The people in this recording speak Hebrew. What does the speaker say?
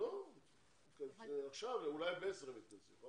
יכולנו לסיים את זה.